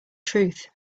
truth